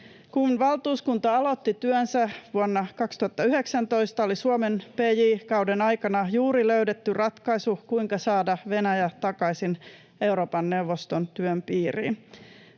Kun valtuuskunta aloitti työnsä vuonna 2019, oli Suomen pj-kauden aikana juuri löydetty ratkaisu, kuinka saada Venäjä takaisin Euroopan neuvoston työn piiriin.